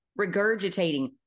regurgitating